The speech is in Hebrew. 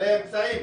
לדלי אמצעים,